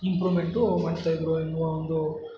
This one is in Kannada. ಇಂಪ್ರೂವ್ಮೆಂಟೂ ಮಾಡ್ತಾಯಿದ್ದರು ಎನ್ನುವ ಒಂದು